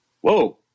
whoa